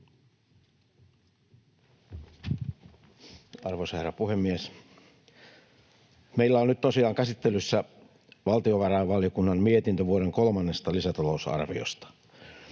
Arvoisa herra puhemies! Meillä on nyt tosiaan käsittelyssä valtiovarainvaliokunnan mietintö vuoden kolmannesta lisätalousarviosta.